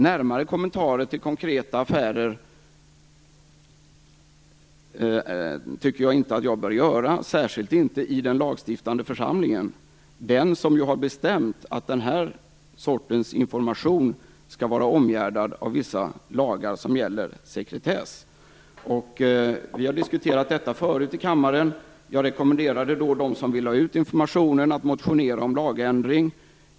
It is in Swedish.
Närmare kommentarer till konkreta affärer tycker jag inte att jag bör göra, särskilt inte i den lagstiftande församling som har bestämt att den här sortens information skall vara omgärdad av vissa sekretesslagar. Vi har diskuterat detta förut i kammaren, och jag rekommenderade då dem som ville ha ut informationen att motionera om lagändring.